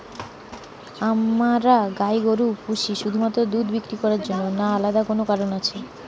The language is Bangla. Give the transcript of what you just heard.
আমরা গাই গরু পুষি শুধুমাত্র দুধ বিক্রি করার জন্য না আলাদা কোনো কারণ আছে?